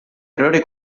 errore